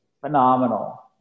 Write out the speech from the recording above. phenomenal